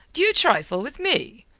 d'you trifle with me?